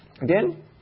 again